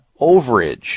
overage